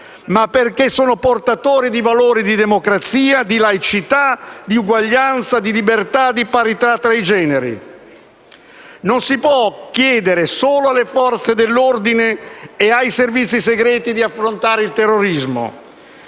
ma perché sono portatori di valori di democrazia, di laicità, di uguaglianza, di libertà e di parità tra i generi. Non si può chiedere solo alle Forze dell'ordine e ai servizi segreti di affrontare il terrorismo.